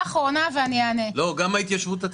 לא ענית גם לנושא של ההתיישבות הצעירה.